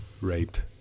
raped